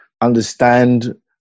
understand